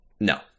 No